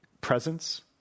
presence